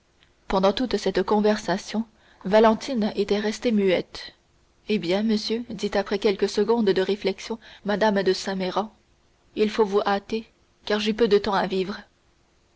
pendant toute cette conversation valentine était restée muette eh bien monsieur dit après quelques secondes de réflexion mme de saint méran il faut vous hâter car j'ai peu de temps à vivre